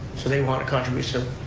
so they want a contribution,